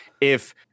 if-